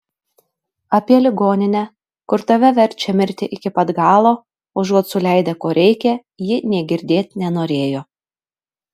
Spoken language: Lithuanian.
apie ligoninę kur tave verčia mirti iki pat galo užuot suleidę ko reikia ji nė girdėt nenorėjo